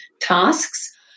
tasks